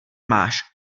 máš